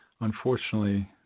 unfortunately